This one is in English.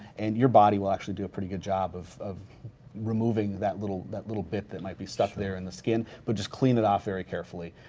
and your body will actually do a pretty good job of of removing that little that little bit that might be stuck there in the skin. but just clean it off very carefully.